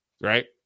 Right